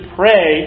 pray